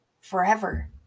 forever